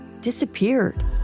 disappeared